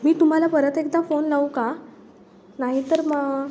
मी तुम्हाला परत एकदा फोन लावू का नाहीतर मग